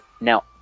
now